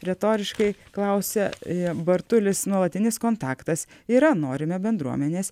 retoriškai klausė bartulis nuolatinis kontaktas yra norime bendruomenės